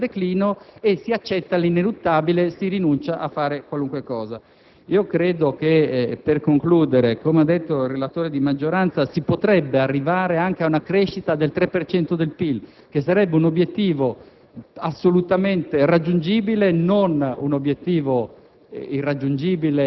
di pace politica all'interno della variegata composizione della maggioranza, ci si arrende al declino, si accetta l'ineluttabile e si rinuncia a fare qualunque cosa. Per concludere, come ha detto il relatore di maggioranza, credo che si potrebbe anche arrivare ad una crescita del 3 per cento del PIL, che sarebbe un obiettivo